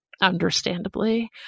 understandably